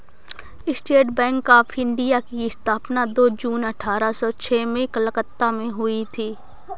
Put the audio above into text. state Bank of India की स्थापना दो जून अठारह सो छह में कलकत्ता में हुई